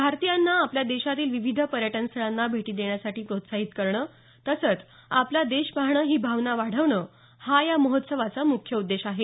भारतीयांना आपल्या देशातील विविध पर्यटन स्थळांना भेटी देण्यासाठी प्रोत्साहित करणं तसंच आपला देश पाहणं ही भावना वाढवणं हा या महोत्सवाचा मुख्य उद्देश आहे